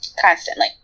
Constantly